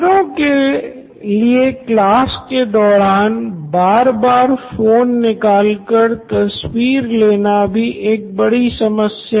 छात्रों के लिए क्लास के दौरान बार बार फोन निकालकर तस्वीर लेना भी एक बड़ी समस्या है